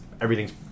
everything's